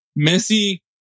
Messi